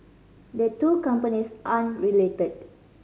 the two companies aren't related